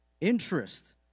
interest